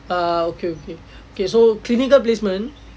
ah okay okay okay so clinical placement